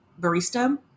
barista